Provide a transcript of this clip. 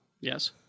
Yes